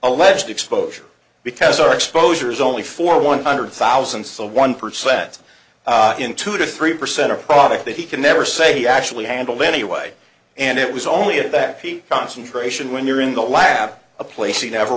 alleged exposure because our exposure is only for one hundred thousand so one percent in two to three percent a product that he can never say he actually handled anyway and it was only a that he concentration when you're in the lab a place you never